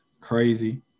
crazy